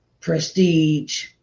Prestige